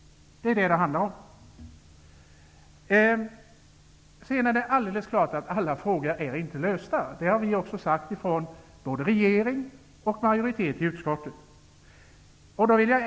Det är vad det handlar om! Det är alldeles klart att inte alla frågor är lösta. Det har sagts från både regeringens och utskottsmajoritetens sida.